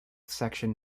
section